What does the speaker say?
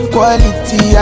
Quality